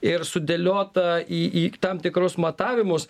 ir sudėliota į į tam tikrus matavimus